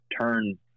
turn